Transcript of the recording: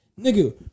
Nigga